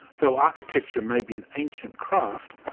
though architecture may be an ancient craft,